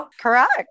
Correct